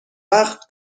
وقت